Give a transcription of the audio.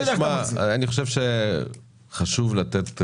אני חושב שחשוב לתת,